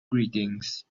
greetings